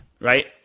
right